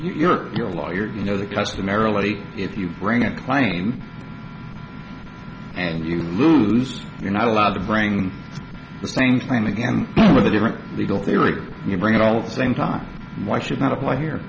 you're your lawyer you know the customarily if you bring a claim and you lose you're not allowed to bring the same claim again with a different legal theory you bring it all the same time why should not apply here